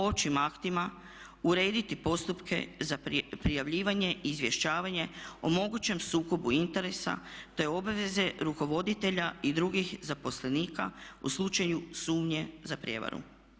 Općim aktima urediti postupke za prijavljivanje i izvještavanje o mogućem sukobu interesa te obaveze rukovoditelja i drugih zaposlenika u slučaju sumnje za prijevaru.